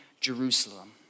Jerusalem